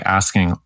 asking